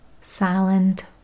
silent